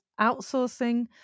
outsourcing